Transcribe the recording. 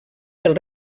del